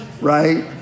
right